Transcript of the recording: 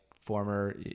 former